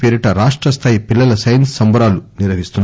పేరిట రాష్ట్ర స్థాయి పిల్లల సైన్స్ సంబరాలు నిర్వహిస్తున్నారు